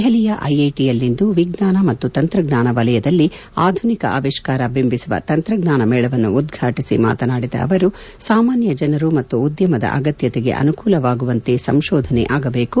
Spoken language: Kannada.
ದೆಹಲಿಯ ಐಐಟಿಯಲ್ಲಿಂದು ವಿಜ್ಞಾನ ಮತ್ತು ತಂತ್ರಜ್ಞಾನ ವಲಯದಲ್ಲಿ ಆಧುನಿಕ ಆವಿಷ್ಠಾರ ಬಿಂಬಿಸುವ ತಂತ್ರಜ್ಞಾನ ಮೇಳವನ್ನು ಉದ್ವಾಟಿಸಿ ಮಾತನಾಡಿದ ಅವರು ಸಾಮಾನ್ಯ ಜನರು ಮತ್ತು ಉದ್ಯಮದ ಅಗತ್ಯತೆಗೆ ಅನುಕೂಲವಾಗುವಂತೆ ಸಂಶೋಧನೆಯಾಗಬೇಕು